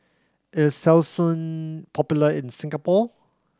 is Selsun popular in Singapore